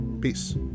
Peace